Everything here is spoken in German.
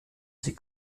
sie